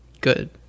good